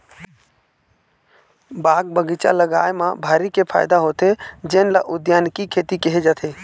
बाग बगीचा लगाए म भारी के फायदा होथे जेन ल उद्यानिकी खेती केहे जाथे